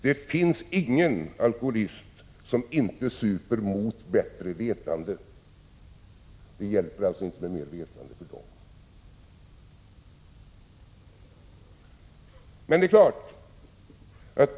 Det finns ingen alkoholist som inte super mot bättre vetande. Det hjälper alltså inte med mer vetande för alkoholisterna.